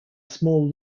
small